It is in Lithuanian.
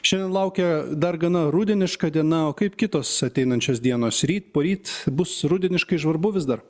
šiandien laukia dar gana rudeniška diena o kaip kitos ateinančios dienos ryt poryt bus rudeniškai žvarbu vis dar